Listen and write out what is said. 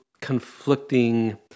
conflicting